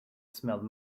smelled